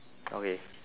okay